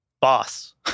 Boss